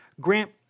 Grant